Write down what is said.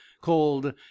called